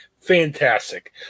Fantastic